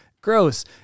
gross